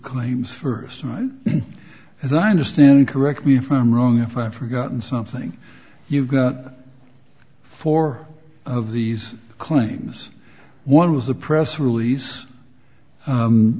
claims first right as i understand correct me if i'm wrong if i've forgotten something you got four of these claims one was the press release